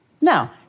Now